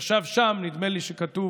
הוא ישב שם, נדמה לי שכתוב,